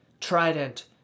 trident